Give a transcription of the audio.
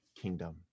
kingdom